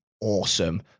awesome